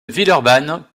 villeurbanne